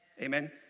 Amen